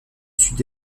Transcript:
sud